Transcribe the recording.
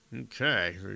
Okay